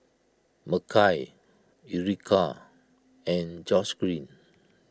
Makai Ericka and Georgeann